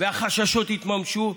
והחששות יתממשו,